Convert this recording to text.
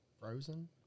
Frozen